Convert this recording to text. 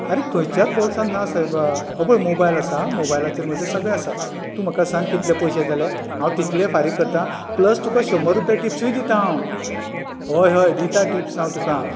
आरे खंयच्याच बाॅल्सांत ना सायबा हो पळय मोबायल आसा मोबायलाचेर म्हजें सगळें आसा तूं म्हाका सांग कितलें पयशें जालें हांव तितले फारीक करता प्लस तुका शंबर रूपया टिप्सूय दिता हांव हय हय दिता टिप्स हांव तुका